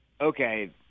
Okay